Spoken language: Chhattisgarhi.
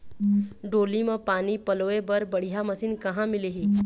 डोली म पानी पलोए बर बढ़िया मशीन कहां मिलही?